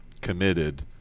committed